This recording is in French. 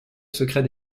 secret